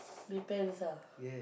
depends ah